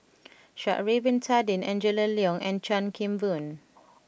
Sha'ari Bin Tadin Angela Liong and Chan Kim Boon